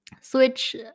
Switch